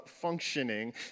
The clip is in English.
functioning